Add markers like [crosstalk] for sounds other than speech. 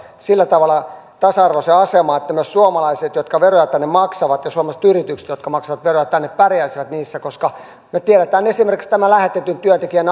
sillä tavalla tasa arvoiseen asemaan että myös suomalaiset jotka veroja tänne maksavat ja suomalaiset yritykset jotka maksavat veroja tänne pärjäisivät niissä me tiedämme esimerkiksi tämän lähetetyn työntekijän [unintelligible]